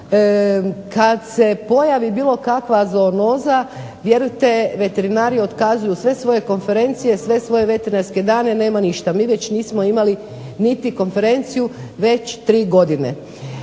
Kad se pojavi bilo kakva zoonoza vjerujte veterinari otkazuju sve svoje konferencije, sve svoje veterinarske dane, nema ništa. Mi već nismo imali niti konferenciju već tri godine.